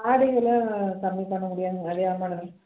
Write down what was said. வாடகையெலாம் கம்மி பண்ணமுடியாதுங்க அதே தான் மேடம்